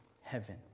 heaven